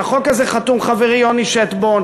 על החוק הזה חתום חברי יוני שטבון,